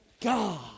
God